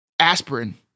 Aspirin